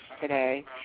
today